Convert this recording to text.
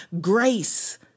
grace